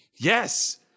Yes